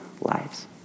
lives